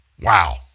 Wow